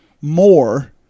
more